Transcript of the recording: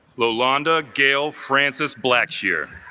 lo londa gail frances blackshear